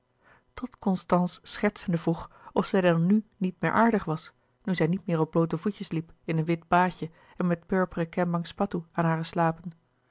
tot constance schertsende vroeg of zij dan nu niet meer aardig was nu zij niet meer op bloote voetjes liep in een wit baadje en met purperen kembang spatoe aan hare slapen